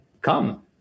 come